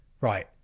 right